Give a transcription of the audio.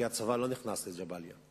כי הצבא לא נכנס לג'באליה,